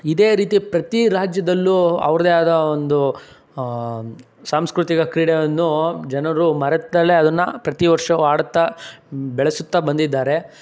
ಇದೇ ರೀತಿ ಪ್ರತಿ ರಾಜ್ಯದಲ್ಲೂ ಅವ್ರದ್ದೇ ಆದ ಒಂದು ಸಾಂಸ್ಕೃತಿಕ ಕ್ರೀಡೆಯನ್ನು ಜನರು ಮರೆತಲ್ಲೆ ಅದನ್ನ ಪ್ರತಿವರ್ಷವೂ ಆಡುತ್ತಾ ಬೆಳೆಸುತ್ತಾ ಬಂದಿದ್ದಾರೆ